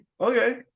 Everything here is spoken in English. Okay